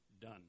done